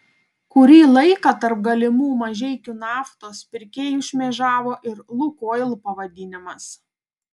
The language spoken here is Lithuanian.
kurį laiką tarp galimų mažeikių naftos pirkėjų šmėžavo ir lukoil pavadinimas